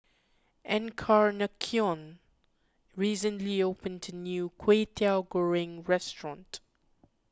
Encarnacion recently opened a new Kwetiau Goreng restaurant